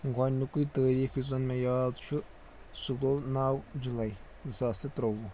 گۄڈنیُکُے تٲریٖخ یُس زن مےٚ یاد چھُ سُہ گوٚو نَو جُلاے زٕ ساس تہٕ ترٛووُہ